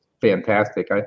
fantastic